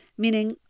meaning